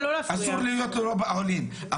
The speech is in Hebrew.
אסור להיות לו באוהלים.